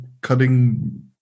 cutting